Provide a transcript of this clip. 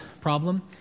problem